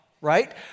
right